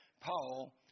Paul